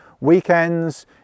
weekends